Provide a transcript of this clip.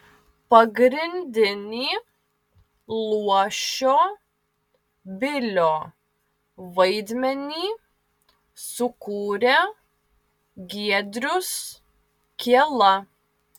pagrindinį luošio bilio vaidmenį sukūrė giedrius kiela